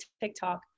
TikTok